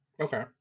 okay